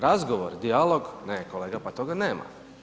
Razgovor, dijalog, ne kolega pa toga nema.